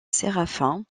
séraphin